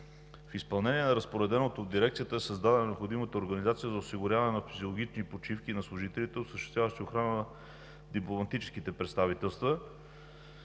В изпълнение на разпореденото в Дирекцията е създадена необходимата организация за осигуряване на физиологични почивки на служителите, осъществяващи охрана на дипломатическите представителства.